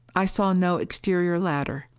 i saw no exterior ladder.